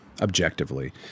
objectively